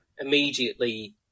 immediately